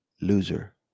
loser